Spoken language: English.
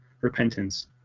repentance